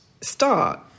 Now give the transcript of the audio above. start